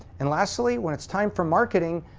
and lastly, when it's time for marketing,